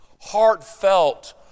Heartfelt